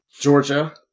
Georgia